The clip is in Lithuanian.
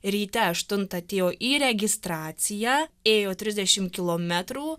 ryte aštuntą atėjo į registraciją ėjo trisdešim kilometrų